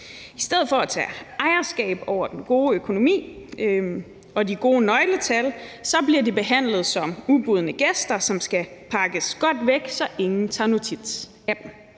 I stedet for at tage ejerskab over den gode økonomi og de gode nøgletal bliver tallene behandlet som ubudne gæster, som skal pakkes godt væk, så ingen tager notits af dem.